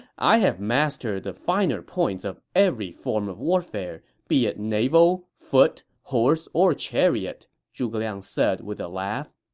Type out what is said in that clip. i have mastered the finer points of every form of warfare, be it naval, foot, horse, or chariot, zhuge liang said with a laugh.